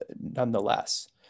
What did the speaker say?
nonetheless